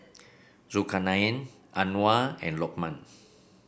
Zulkarnain Anuar and Lukman